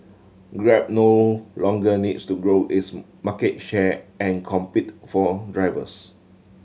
grab no longer needs to grow its market share and compete for drivers